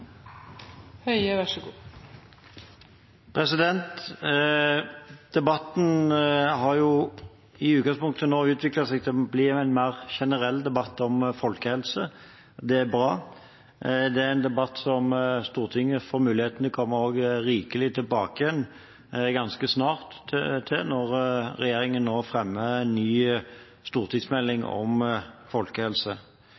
Debatten har i utgangspunktet nå utviklet seg til å bli en mer generell debatt om folkehelse. Det er bra. Det er en debatt som Stortinget også får mulighet til å komme rikelig tilbake til ganske snart, når regjeringen fremmer en ny stortingsmelding om folkehelse.